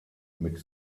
mit